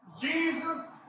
Jesus